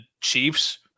chiefs